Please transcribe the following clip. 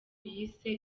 yise